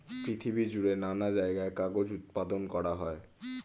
পৃথিবী জুড়ে নানা জায়গায় কাগজ উৎপাদন করা হয়